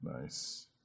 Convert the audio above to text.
Nice